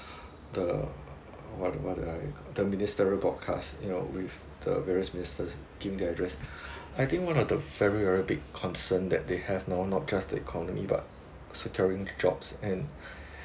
the what what I the ministerial broadcast you know with the various ministers giving their address I think one of the very very big concern that they have now not just the economy but securing jobs and